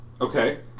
Okay